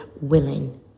willing